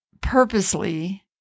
purposely